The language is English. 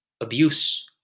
abuse